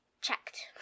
checked